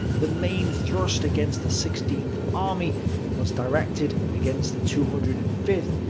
the main thrust against the sixteen. armee was directed against the two hundred and five.